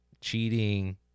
cheating